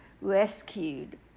rescued